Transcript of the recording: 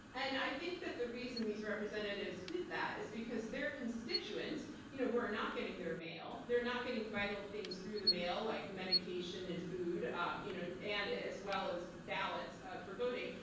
and i think that the reason these representatives did that, is because their constituents-who you know are not getting their mail. they're not getting vital things through the mail, like medication and food, um you know and as well as ballots ah for voting.